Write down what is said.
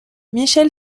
michel